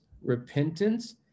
repentance